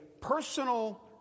personal